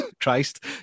Christ